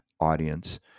audience